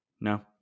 No